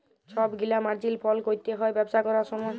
ছব গিলা মার্জিল ফল ক্যরতে হ্যয় ব্যবসা ক্যরার সময়